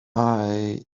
i—i